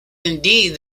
indeed